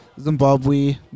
Zimbabwe